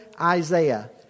Isaiah